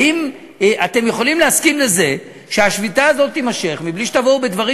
האם אתם יכולים להסכים לזה שהשביתה הזאת תימשך בלי שתבואו בדברים